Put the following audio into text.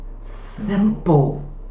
simple